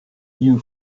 you